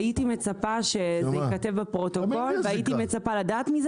הייתי מצפה שזה ייכתב בפרוטוקול והייתי מצפה לדעת מזה